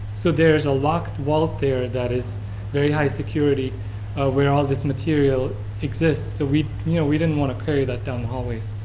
so there is a locked vault there that is very high security where all this material exists. so we you know we didn't want to carry that down hallways.